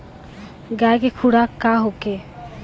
गाय के खुराक का होखे?